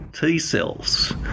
t-cells